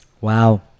wow